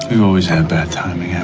we've always had bad timing, yeah